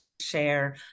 share